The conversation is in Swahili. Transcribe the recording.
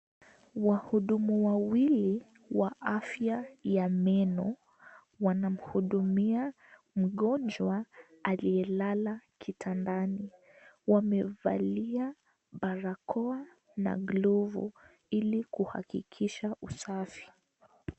Wahudumu wawili wa afia ya meno wanamhudumia mgonjwa alielala kitandani. Wamevalia barakoa na glovu ili kuhakikisha usafi.